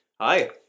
Hi